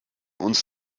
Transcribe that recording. uns